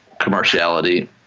commerciality